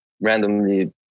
randomly